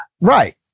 Right